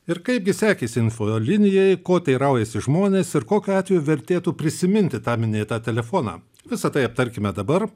ir kaipgi sekėsi infolinijai ko teiraujasi žmonės ir kokiu atveju vertėtų prisiminti tą minėtą telefoną visa tai aptarkime dabar